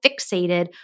fixated